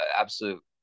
absolute